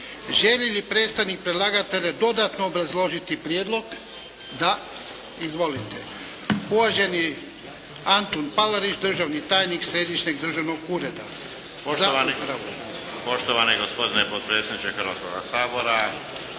Želi li predstavnik predlagatelja dodatno obrazložiti prijedlog? Da. Uvaženi Antun Palarić državni tajnik Središnjeg državnog ureda. Izvolite. **Palarić, Antun** Poštovani gospodine potpredsjedniče Hrvatskoga sabora,